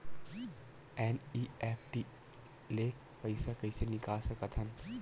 NEFT ले पईसा कइसे निकाल सकत हन?